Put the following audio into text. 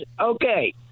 Okay